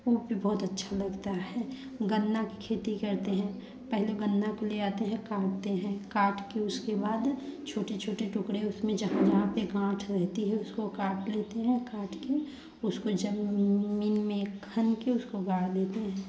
वो भी बहुत अच्छा लगता है गन्ना की खेती करते हैं पहले गन्ना को ले आते हैं काटते हैं काट के उसके बाद छोटे छोटे टुकड़े उसमें जहाँ जहाँ पे गांठ रहती है उसको काट लेते हैं कट के उसको जमीन में खन के उसको गाड़ देते हैं